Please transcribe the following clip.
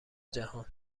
جهان